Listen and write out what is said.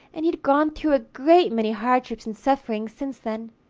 and he had gone through a great many hardships and sufferings since then.